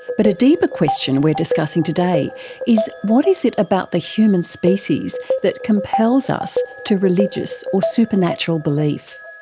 but a deeper question we're discussing today is what is it about the human species that compels us to religious or supernatural belief?